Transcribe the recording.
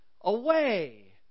away